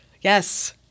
Yes